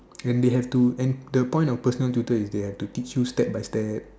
and they have to and the point of personal tutor is they have to teach you step by step